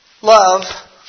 Love